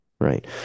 Right